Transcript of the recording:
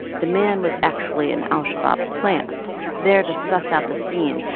the man was actually an al-shabab plant there to suss out the scene,